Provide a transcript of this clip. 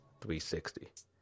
360